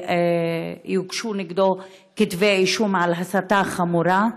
שיוגשו נגדו כתבי אישום על הסתה חמורה.